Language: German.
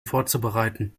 vorzubereiten